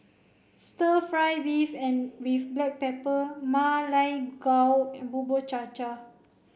stir fry beef and with black pepper Ma Lai Gao and Bubur Cha Cha